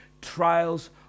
Trials